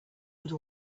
would